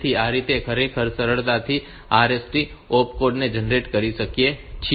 તેથી આ રીતે આપણે ખરેખર સરળતાથી RST માટે ઓપકોડ જનરેટ કરી શકીએ છીએ